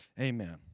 Amen